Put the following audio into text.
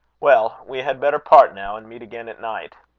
well, we had better part now, and meet again at night.